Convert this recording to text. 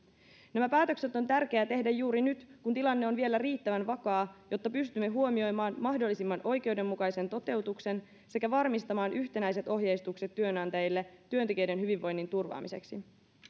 nämä päätökset on tärkeää tehdä juuri nyt kun tilanne on vielä riittävän vakaa jotta pystymme huomioimaan mahdollisimman oikeudenmukaisen toteutuksen sekä varmistamaan yhtenäiset ohjeistukset työnantajille työntekijöiden hyvinvoinnin turvaamiseksi